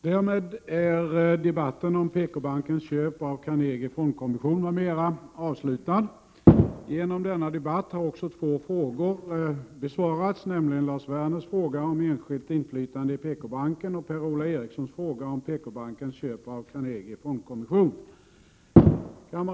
För någon tid sedan greps i Skåne en person som smugglat in personer via tullen i Helsingborg. Under förhören framkom att tullstationen i Helsingborg stått obemannad vid de tillfällen han illegalt fört in personer. En av landets största tullstationer har uppenbarligen vid flera tillfällen varit obemannad. Helt okontrollerat har utländska medborgare kunnat ta sig in i landet.